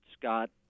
Scott